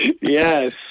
Yes